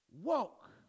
walk